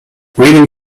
reading